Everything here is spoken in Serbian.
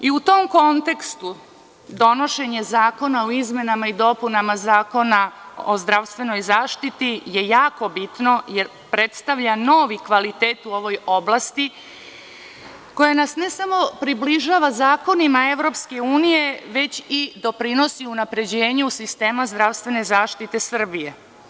U tom kontekstu, donošenje zakona o izmenama i dopunama Zakona o zdravstvenoj zaštiti je jako bitno jer predstavlja novi kvalitet u ovoj oblasti, koja nas ne samo približava zakonima EU, već i doprinosi unapređenju sistema zdravstvene zaštite Srbije.